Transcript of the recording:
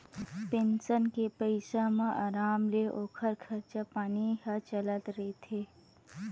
pension के पइसा म अराम ले ओखर खरचा पानी ह चलत रहिथे